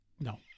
No